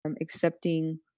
accepting